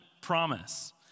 promise